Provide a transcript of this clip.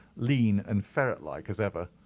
lean and ferret-like as ever,